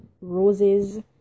roses